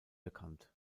bekannt